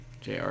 Jr